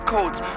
Codes